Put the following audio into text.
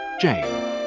Jane